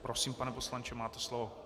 Prosím, pane poslanče, máte slovo.